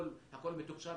הכול מתוקשב,